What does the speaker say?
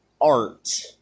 art